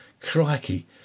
Crikey